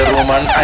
Roman